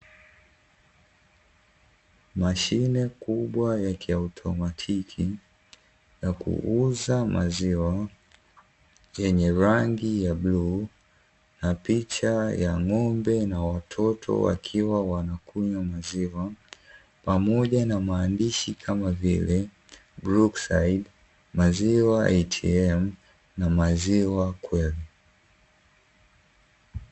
Mashine kubwa ya kiautomatiki ya kuuza maziwa; yenye rangi ya bluu, na picha ya ng'ombe na watoto wakiwa wanakunywa maziwa, pamoja na maandishi kama vile "Brookside" maziwa "ATM" na maziwa kweli.